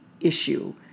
issue